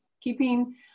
keeping